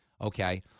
Okay